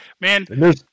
Man